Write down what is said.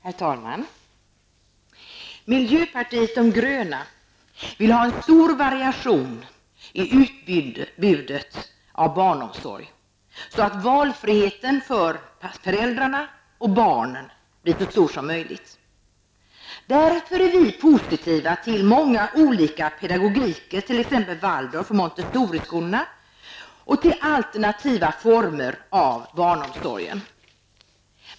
Herr talman! Miljöpartiet de gröna vill ha en stor variation i utbudet av barnomsorg, så att valfriheten för föräldrarna och barnen blir så stor som möjligt. Därför är vi positiva till många olika pedagogikmodeller, t.ex. Waldorf och Montessoriskolorna, liksom till alternativa former av barnomsorgen.